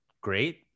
great